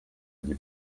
gli